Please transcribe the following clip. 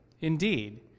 Indeed